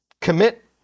commit